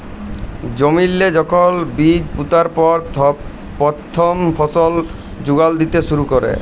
জমিল্লে যখল বীজ পুঁতার পর পথ্থম ফসল যোগাল দ্যিতে শুরু ক্যরে